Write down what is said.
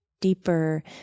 deeper